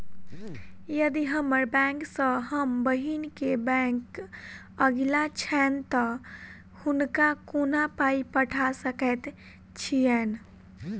यदि हम्मर बैंक सँ हम बहिन केँ बैंक अगिला छैन तऽ हुनका कोना पाई पठा सकैत छीयैन?